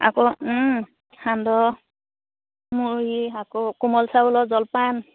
আকৌ সান্দহ মুড়ি আকৌ কোমল চাউলৰ জলপান